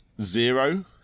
Zero